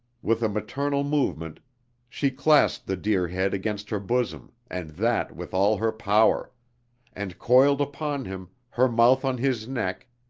with a maternal movement she clasped the dear head against her bosom and that with all her power and, coiled upon him, her mouth on his neck,